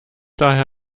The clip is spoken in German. daher